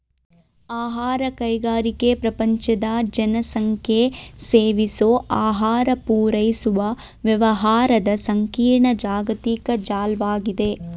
ಆಹಾರ ಕೈಗಾರಿಕೆ ಪ್ರಪಂಚದ ಜನಸಂಖ್ಯೆಸೇವಿಸೋಆಹಾರಪೂರೈಸುವವ್ಯವಹಾರದಸಂಕೀರ್ಣ ಜಾಗತಿಕ ಜಾಲ್ವಾಗಿದೆ